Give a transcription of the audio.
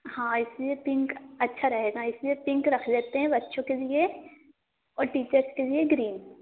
हाँ इसलिए पिंक अच्छा रहेगा इसलिए पिंक रख लेते हैं बच्चों के लिए और टीचर्स के लिए ग्रीन